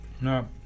No